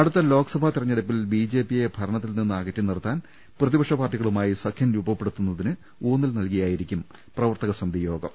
അടുത്ത ലോക് സഭാ തെരഞ്ഞെടുപ്പിൽ B J പിയെ ഭരണത്തിൽ നിന്ന് അകറ്റിനിർത്താൻ പ്രതിപക്ഷ പാർട്ടികളുമായി സഖ്യം രൂപപ്പെടുത്തുന്നതിന് ഊന്നൽ നല്കിയായിരിക്കും പ്രവർത്തകസമിതിയോഗം